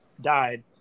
died